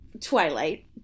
Twilight